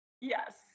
Yes